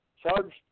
charged